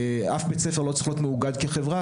אף בית ספר לא צריך להיות מאוגד כחברה,